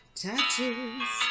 tattoos